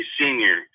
senior